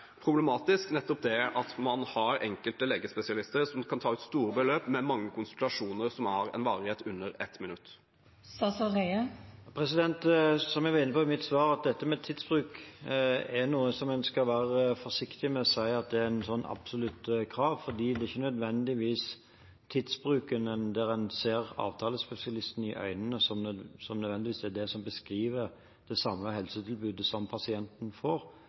problematisk at enkelte legespesialister kan ta ut store beløp for mange konsultasjoner som har en varighet på under et minutt? Som jeg var inne på i mitt svar: Når det gjelder tidsbruk, skal man være forsiktig med å si at det skal være absolutte krav. Det er ikke nødvendigvis tidsbruken, når man ser avtalespesialisten i øynene, som er det som beskriver det samme helsetilbudet som pasienten får,